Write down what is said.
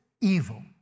evil